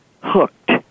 hooked